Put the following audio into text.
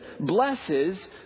blesses